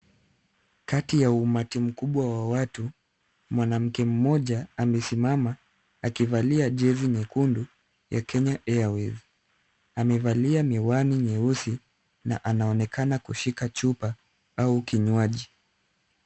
Kati ya umati mkubwa wa watu, mwanamke mmoja amesimama akivalia jezi nyekundu ya Kenya Airways, amevalia miwani nyeusi, na anaonekana kushika chupa au kinywaji.